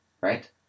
right